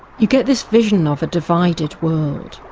you get this vision of a divided world,